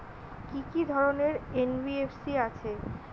কি কি ধরনের এন.বি.এফ.সি আছে?